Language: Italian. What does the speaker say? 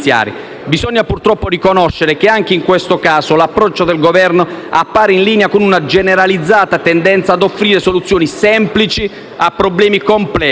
Bisogna purtroppo riconoscere che, anche in questo caso, l'approccio del Governo appare in linea con una generalizzata tendenza ad offrire soluzioni semplici a problemi complessi;